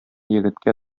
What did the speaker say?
егеткә